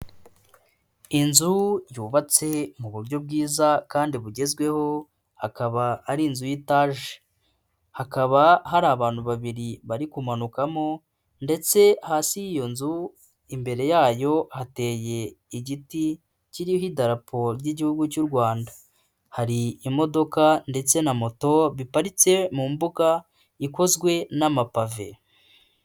Inzu yubatse mu buryo bwiza kandi bugezweho hakaba ari inzu y'itaje, hakaba hari abantu babiri bari kumanukamo ndetse hasi y'iyo nzu imbere yayo hateye igiti kiriho idarapo ry'igihugu cy'u Rwanda, hari imodoka ndetse na moto biparitse mu mbuga ikozwe n'amapave.